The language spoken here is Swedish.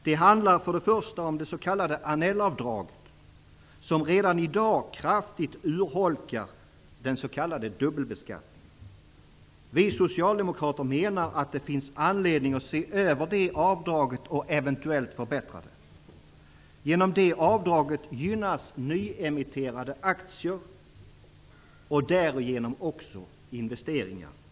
Det handlar för det första om det s.k. Anellavdraget som redan i dag kraftigt urholkar den s.k. dubbelbeskattningen. Vi socialdemokrater menar att det finns anledning att se över detta avdrag och eventuellt förbättra det. Genom detta avdrag gynnas nyemitterade aktier och därigenom direkt också investeringar.